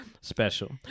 Special